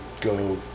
go